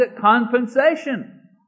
compensation